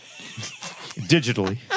digitally